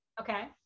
Okay